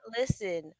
Listen